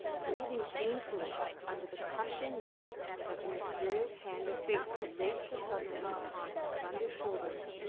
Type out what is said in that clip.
breathing painfully under the crushing weight that the mysterious hand of fate had laid so suddenly upon her slender shoulders,